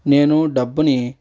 నేను డబ్బుని